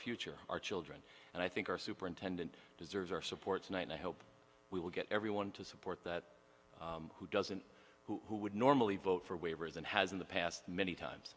future our children and i think our superintendent deserves our support tonight and i hope we will get everyone to support that who doesn't who would normally vote for waivers and has in the past many times